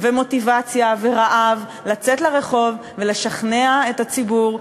ומוטיבציה ורעב לצאת לרחוב ולשכנע את הציבור,